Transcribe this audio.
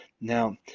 Now